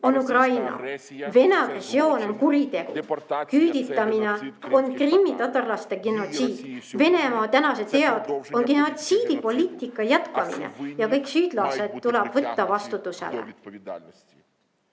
on Ukraina, Vene agressioon on kuritegu, küüditamine on krimmitatarlaste genotsiid. Venemaa tänased teod on genotsiidipoliitika jätkamine ja kõik süüdlased tuleb võtta vastutusele.